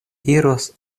iros